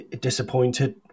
disappointed